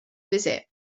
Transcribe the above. visit